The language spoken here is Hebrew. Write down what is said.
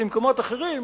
למקומות אחרים,